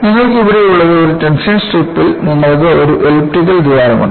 നിങ്ങൾക്ക് ഇവിടെ ഉള്ളത് ഒരു ടെൻഷൻ സ്ട്രിപ്പിൽ ഒരു എലിപ്റ്റിക്കൽ ദ്വാരം ഉണ്ട്